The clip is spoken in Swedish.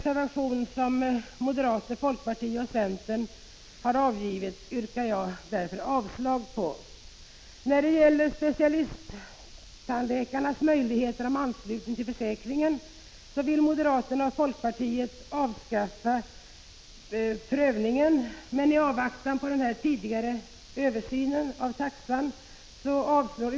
Yrkandena återkommer i den av moderater, folkpartister och centerpartister avgivna reservationen, som jag härmed yrkar avslag på. I motionerna från moderata samlingspartiet och folkpartiet föreslås att prövningen när det gäller specialisttandläkarnas möjligheter att ansluta sig till försäkringen skall avskaffas. Utskottet avstyrker motionerna med motiveringen att man bör avvakta den tidigare nämnda översynen av tandvårdstaxan.